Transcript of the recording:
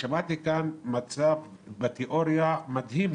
שמעתי כאן מצב שבתיאוריה הוא מדהים,